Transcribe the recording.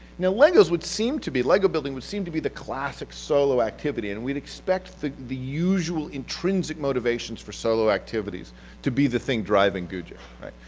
now legos would seem to be, lego building would seem to be the classic solo activity and we'd expect the the usual intrinsic motivations for solo activity to be the thing driving gugick, right?